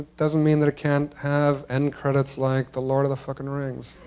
doesn't mean that it can't have end credits like the lord of the fucking rings.